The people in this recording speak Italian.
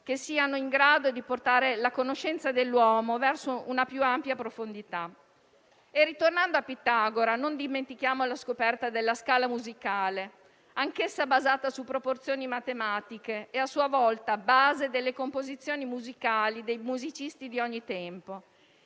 sconosciute, in grado di portare la conoscenza dell'uomo verso una più ampia profondità. Ritornando a Pitagora, non dimentichiamo la scoperta della scala musicale, anch'essa basata su proporzioni matematiche e, a sua volta, base delle composizioni dei musicisti di ogni tempo.